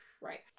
right